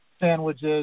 sandwiches